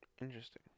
Interesting